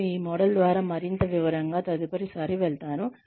నేను ఈ మోడల్ ద్వారా మరింత వివరంగా తదుపరిసారి వెళ్తాను